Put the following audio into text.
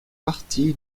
parti